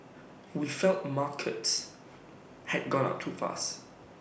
we felt markets had gone up too fast